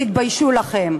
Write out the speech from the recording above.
תתביישו לכם.